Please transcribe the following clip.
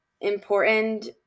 important